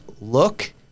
look